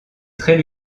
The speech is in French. très